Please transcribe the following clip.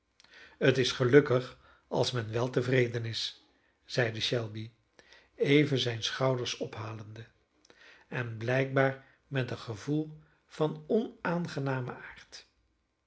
het is gelukkig als men weltevreden is zeide shelby even zijne schouders ophalende en blijkbaar met een gevoel van onaangenamen aard